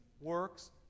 works